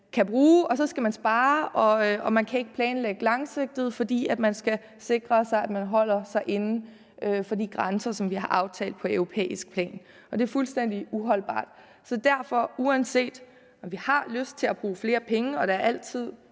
kan bruge, og så skal man spare, og man kan ikke planlægge langsigtet, fordi man skal sikre sig, at man holder sig inden for de grænser, som vi har aftalt på europæisk plan. Det er fuldstændig uholdbart, så derfor: Uanset om vi har lyst til at bruge flere penge – og der er altid